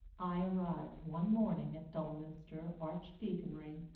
i arrived one morning at dulminster archdeaconry,